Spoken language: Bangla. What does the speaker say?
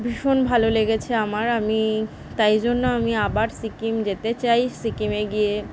ভীষণ ভালো লেগেছে আমার আমি তাই জন্য আমি আবার সিকিম যেতে চাই সিকিমে গিয়ে